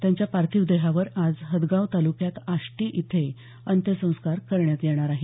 त्यांच्या पार्थिव देहावर आज हदगाव ताल्क्यात आष्टी इथे अंत्यसंस्कार करण्यात येणार आहेत